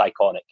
iconic